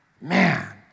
Man